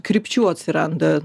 krypčių atsiranda